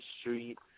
street